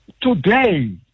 Today